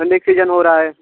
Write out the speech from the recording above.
ठंडी का सीजन हो रहा है